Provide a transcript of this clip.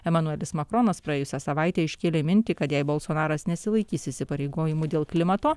emanuelis makronas praėjusią savaitę iškėlė mintį kad jei balsonaras nesilaikys įsipareigojimų dėl klimato